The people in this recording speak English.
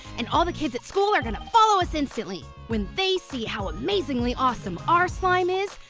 and all the kids at school are gonna follow us instantly when they see how amazingly awesome our slime is.